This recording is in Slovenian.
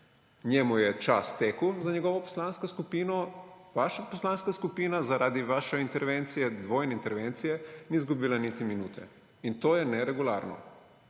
Njemu je čas tekel za njegovo poslansko skupino, vaša poslanska skupina zaradi vaše intervencije, dvojne intervencije, ni izgubila niti minute. In to je neregularno.